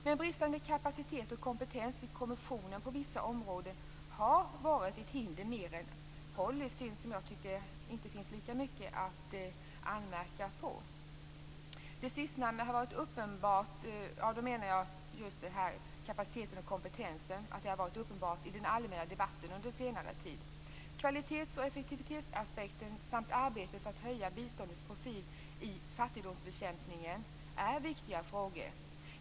Men bristande kapacitet och kompetens på vissa områden i kommissionen har varit ett hinder mer än en bristande policy, som det inte har varit så mycket att anmärka på. Den bristande kompetensen och kapaciteten har varit uppenbar i den allmänna debatten under senare tid. Kvalitets och effektivitetsaspekter samt arbetet för att höja biståndets profil i fattigdomsbekämpningen är viktiga frågor.